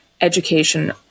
education